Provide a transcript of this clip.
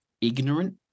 ignorant